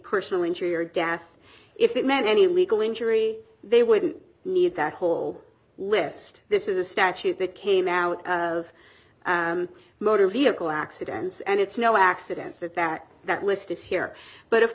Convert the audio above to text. personal injury or death if it meant any legal injury they wouldn't need that whole list this is a statute that came out of motor vehicle accidents and it's no accident that that that list is here but of